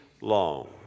long